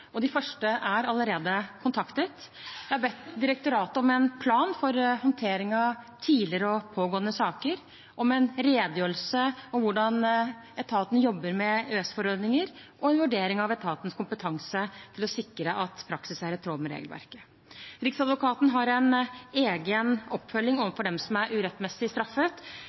De første er allerede kontaktet. Jeg har bedt direktoratet om en plan for håndtering av tidligere og pågående saker, en redegjørelse om hvordan etaten jobber med EØS-forordninger, og en vurdering av etatens kompetanse til å sikre at praksis er i tråd med regelverket. Riksadvokaten har en egen oppfølging overfor dem som er urettmessig straffet.